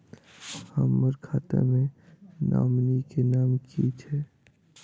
हम्मर खाता मे नॉमनी केँ नाम की छैय